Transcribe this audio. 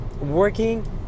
working